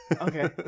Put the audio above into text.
okay